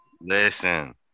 listen